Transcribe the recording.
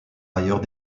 ailleurs